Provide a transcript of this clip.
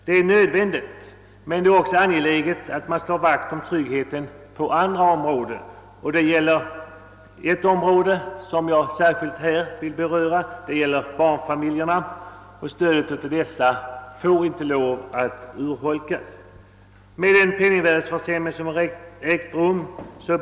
Det är nödvändigt, men det är också angeläget att slå vakt om tryggheten på andra områden, av vilka jag särskilt vill beröra ett, nämligen stödet till barnfamiljerna, vilket inte får urholkas. Barnfamiljerna borde ha fått kompensation för den penningvärdeförsämring som ägt rum.